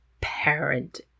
parent